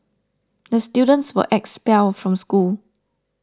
the students were expelled from school